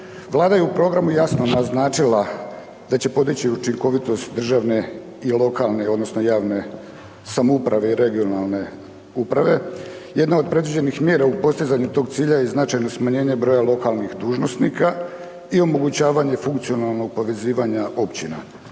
Vlada je u programu jasno naznačila da će podići učinkovitost državne i lokalne odnosno javne samouprave i regionalne uprave, jedna od predviđenih mjera u postizanju tog cilja je značajno smanjenje broja lokalnih dužnosnika i omogućavanje funkcionalnog povezivanja općina.